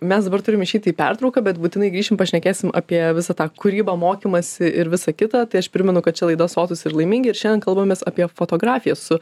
mes dabar turim išeiti į pertrauką bet būtinai grįšim pašnekėsim apie visą tą kūrybą mokymąsi ir visa kita tai aš primenu kad čia laida sotūs ir laimingi ir šiandien kalbamės apie fotografiją su